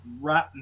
right